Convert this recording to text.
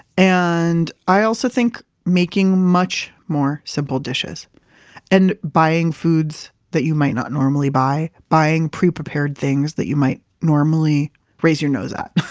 and i also think making much more simple dishes and buying foods that you might not normally buy, buying pre-prepared things that you might normally raise your nose at